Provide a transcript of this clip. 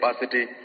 capacity